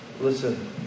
listen